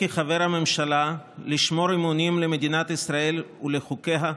הממשלה לשמור אמונים למדינת ישראל ולחוקיה,